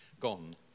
gone